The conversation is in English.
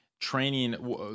training